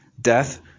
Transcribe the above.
Death